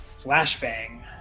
Flashbang